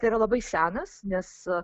tai yra labai senas nes